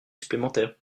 supplémentaire